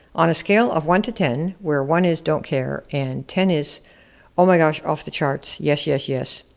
on a scale of one to ten, where one is don't care, and ten is oh my gosh off the charts, yes, yes, yes.